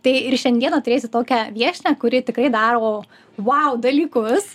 tai ir šiandieną turėsiu tokią viešnią kuri tikrai daro vau dalykus